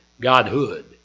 Godhood